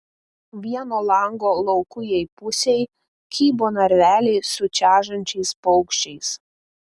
vieno lango laukujėj pusėj kybo narveliai su čežančiais paukščiais